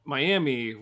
Miami